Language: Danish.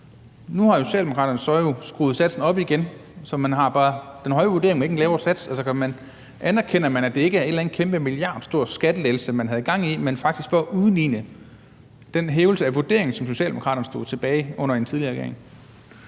Nu har Socialdemokraterne jo så skruet satsen op igen, så man bare har den høje vurdering, men ikke en lavere sats. Anerkender ministeren, at det ikke er en eller anden kæmpe milliardstor skattelettelse, man havde gang i, men det faktisk var for at udligne den hævelse af vurderingen, som Socialdemokraterne stod for tilbage under en tidligere